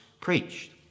preached